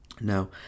Now